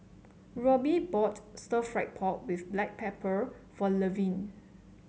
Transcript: Roby bought stir fry pork with Black Pepper for Levern